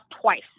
twice